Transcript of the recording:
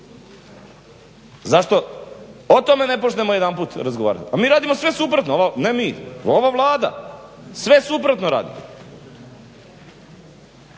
Zašto o tome ne počnemo jedanput razgovarati? A mi radimo sve suprotno, ne mi, ova vlada sve suprotno radi.